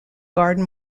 garde